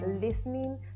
listening